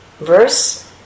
verse